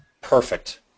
Perfect